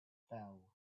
fell